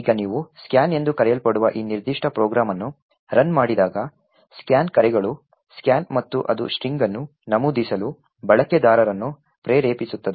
ಈಗ ನೀವು ಸ್ಕ್ಯಾನ್ ಎಂದು ಕರೆಯಲ್ಪಡುವ ಈ ನಿರ್ದಿಷ್ಟ ಪ್ರೋಗ್ರಾಂ ಅನ್ನು ರನ್ ಮಾಡಿದಾಗ ಸ್ಕ್ಯಾನ್ ಕರೆಗಳು ಸ್ಕ್ಯಾನ್ಫ್ ಮತ್ತು ಅದು ಸ್ಟ್ರಿಂಗ್ ಅನ್ನು ನಮೂದಿಸಲು ಬಳಕೆದಾರರನ್ನು ಪ್ರೇರೇಪಿಸುತ್ತದೆ